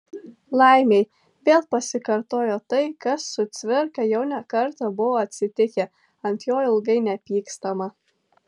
laimei vėl pasikartojo tai kas su cvirka jau ne kartą buvo atsitikę ant jo ilgai nepykstama